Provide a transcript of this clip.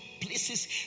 places